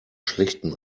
schlechten